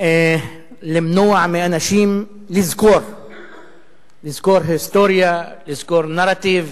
למנוע מאנשים לזכור היסטוריה, לזכור נרטיב,